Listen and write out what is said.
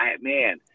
man